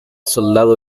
soldado